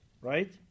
right